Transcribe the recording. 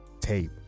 tape